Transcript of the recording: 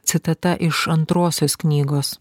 citata iš antrosios knygos